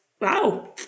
wow